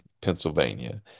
Pennsylvania